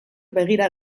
begira